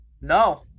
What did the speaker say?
No